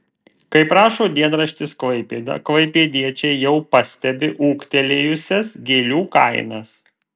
kaip rašo dienraštis klaipėda klaipėdiečiai jau pastebi ūgtelėjusias gėlių kainas